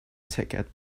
ticket